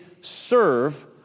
serve